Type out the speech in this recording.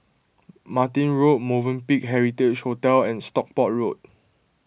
Martin Road Movenpick Heritage Hotel and Stockport Road